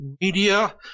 media